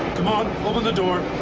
come on. open the door.